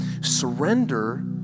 Surrender